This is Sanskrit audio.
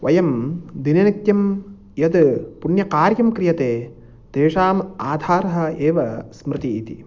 वयं दिननित्यं यद् पुण्यकार्यं क्रियते तेषाम् आधारः एव स्मृति इति